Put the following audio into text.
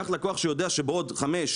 קח לקוח שיודע שבעוד חמש,